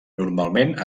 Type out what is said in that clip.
normalment